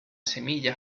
semilla